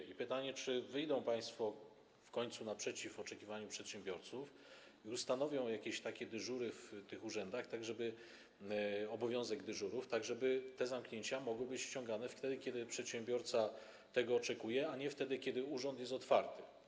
I pytanie: Czy wyjdą państwo w końcu naprzeciw oczekiwaniu przedsiębiorców i ustanowią jakieś dyżury w urzędach, obowiązek dyżurów, tak żeby te zamknięcia mogły być ściągane wtedy, kiedy przedsiębiorca tego oczekuje, a nie wtedy, kiedy urząd jest otwarty?